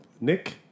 Nick